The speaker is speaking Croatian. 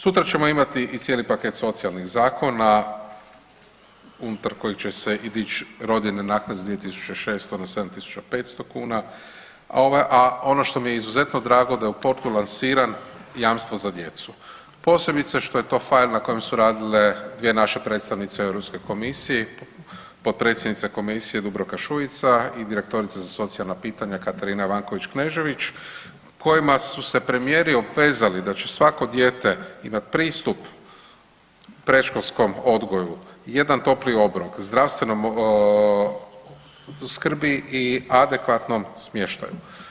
Sutra ćemo imati i cijeli paket socijalnih zakona unutar kojih će se i dić rodiljne naknade s 2.600 na 7.500 kuna, a ono što mi je izuzetno drago da u Portu lansiran jamstvo za djecu, posebice što je to feil na kojem su radile dvije naše predstavnice u Europskoj komisiji, potpredsjednica Komisije Dubravka Šuica i direktorica za socijalna pitanja Katarina Ivanković Kneživić kojima su se premijeri obvezali da će svako dijete imat pristup predškolskom odgoju, jedan topli obrok, zdravstvenoj skrbi i adekvatnom smještaju.